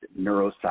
neuroscience